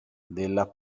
della